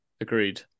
agreed